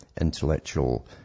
intellectual